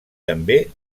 també